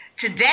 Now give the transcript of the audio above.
Today